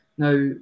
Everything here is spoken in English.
Now